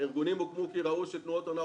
הארגונים הוקמו כי ראו שתנועות הנוער